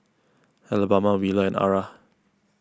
Alabama Wheeler and Arah